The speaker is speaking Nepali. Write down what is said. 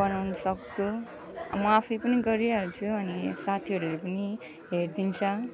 बनाउनु सक्छु म आफै पनि गरिहाल्छु अनि साथीहरूले पनि हेरिदिन्छ